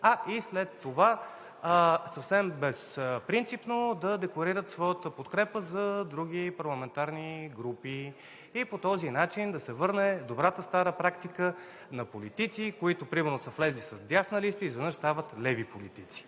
а и след това съвсем безпринципно да декларират своята подкрепа за други парламентарни групи. По начин да се върне добрата стара практика на политици, които примерно са влезли с дясна листа, изведнъж стават леви политици